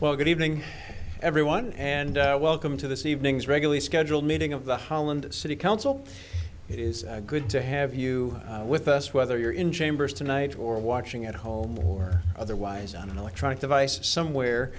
well good evening everyone and welcome to this evening's regularly scheduled meeting of the holland city council it is good to have you with us whether you're in chambers tonight or watching at home or otherwise on an electronic device somewhere